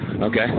Okay